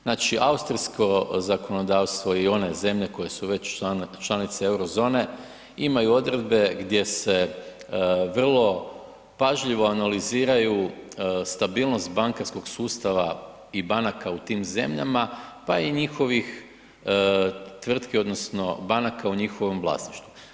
Znači austrijsko zakonodavstvo i one zemlje koje su već članice euro zone imaju odredbe gdje se vrlo pažljivo analiziraju stabilnost bankarskog sustava i banaka u tim zemljama, pa i njihovih tvrtki odnosno banaka u njihovom vlasništvu.